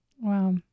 Wow